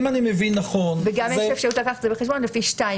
אם אני מבין נכון זה --- וגם יש אפשרות לקחת את זה בחשבון לפי 2(י).